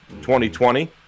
2020